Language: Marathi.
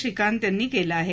श्रीकांत यांनी केलं आहे